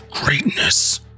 Greatness